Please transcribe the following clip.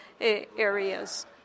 areas